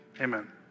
Amen